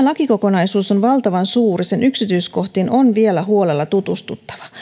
lakikokonaisuus on valtavan suuri sen yksityiskohtiin on vielä huolella tutustuttava